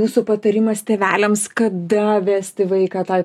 jūsų patarimas tėveliams kada vesti vaiką tai